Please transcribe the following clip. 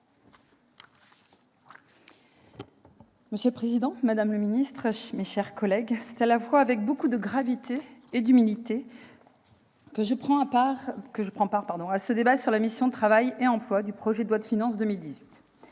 Monsieur le président, madame la ministre, mes chers collègues, c'est à la fois avec beaucoup de gravité et d'humilité que je prends part à ce débat sur la mission « Travail et emploi » du projet de loi de finances pour